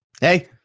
Hey